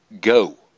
go